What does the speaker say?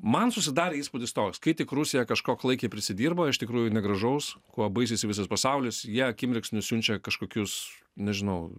man susidarė įspūdis toks kai tik rusija kažko klaikiai prisidirbo iš tikrųjų negražaus kuo baisisi visas pasaulis į ją akimirksniu siunčia kažkokius nežinau